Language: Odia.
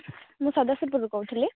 ମୁଁ ସଦାଶିବପୁରରୁ କହୁଥିଲି